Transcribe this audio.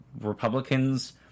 Republicans